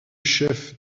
chef